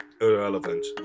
Irrelevant